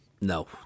No